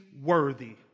worthy